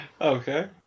Okay